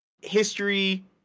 history